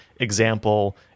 example